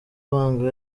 banga